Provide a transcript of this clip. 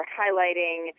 highlighting